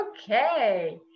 Okay